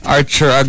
Archer